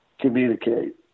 communicate